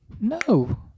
No